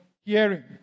hearing